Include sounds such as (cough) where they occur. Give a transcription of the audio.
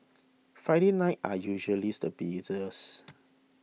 Friday nights are usually (unintelligible) the busiest